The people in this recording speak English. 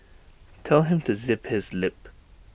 tell him to zip his lip